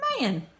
Man